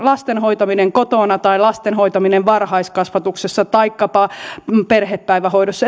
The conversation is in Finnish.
lasten hoitamisella kotona tai lasten hoitamisella varhaiskasvatuksessa tai vaikkapa perhepäivähoidossa